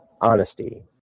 honesty